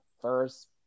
first